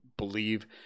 believe